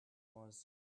was